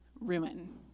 ruin